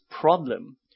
problem